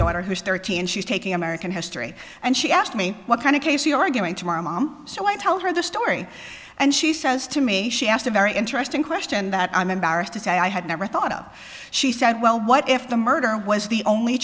daughter who's thirteen and she's taking american history and she asked me what kind of case you are going tomorrow mom so i told her the story and she says to me she asked a very interesting question that i'm embarrassed to say i had never thought of she said well what if the murder was the only